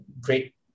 great